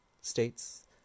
states